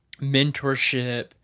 mentorship